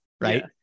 Right